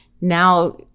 now